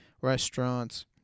restaurants